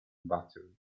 battery